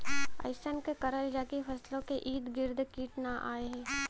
अइसन का करल जाकि फसलों के ईद गिर्द कीट आएं ही न?